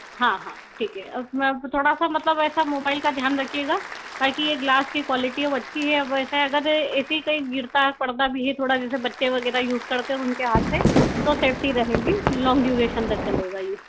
हाँ हाँ ठीक है अब मैं थोड़ा सा मतलब ऐसा मोबाइल का ध्यान रखियेगा बाकि ये ग्लास कि क्वालिटी वो अच्छी है अब ऐसा है अगर ये ऐसा कहीं गिरता है पड़ता भी है भी है थोड़ा जैसे बच्चे वगैरह यूज़ करते है उनके हाथ से तो सेफ्टी रहेगी लॉन्ग ड्यूरेशन तक चलेगा ये